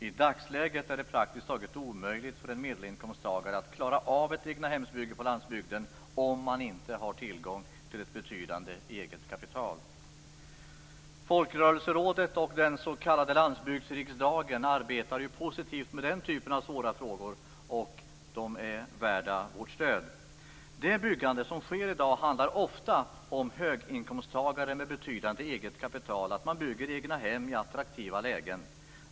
I dagsläget är det praktiskt taget omöjligt för en medelinkomsttagare att klara av ett egnahemsbygge på landsbygden om man inte har tillgång till ett betydande eget kapital. Folkrörelserådet och den s.k. landsbygdsriksdagen arbetar positivt med den typen av svåra frågor. De är värda vårt stöd. Det byggande som sker i dag handlar ofta om att höginkomsttagare med betydande eget kapital bygger egnahem i attraktiva lägen.